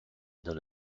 dans